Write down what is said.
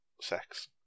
sex